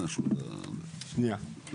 כן.